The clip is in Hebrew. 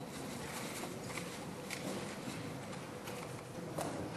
תודה לך,